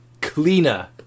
cleaner